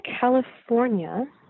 California